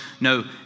No